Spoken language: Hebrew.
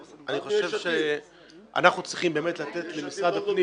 אני חושב שאנחנו צריכים לתת למשרד הפנים